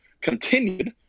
continued